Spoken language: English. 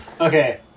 Okay